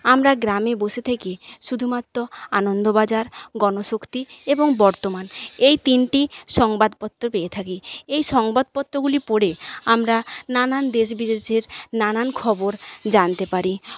আমরা গ্রামে বসে থেকে শুধুমাত্র আনন্দবাজার গণশক্তি এবং বর্তমান এই তিনটি সংবাদপত্র পেয়ে থাকি এই সংবাদপত্রগুলি পড়ে আমরা নানান দেশ বিদেশের নানান খবর জানতে পারি